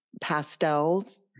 pastels